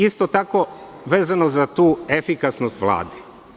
Isto tako vezano za tu efikasnost Vlade.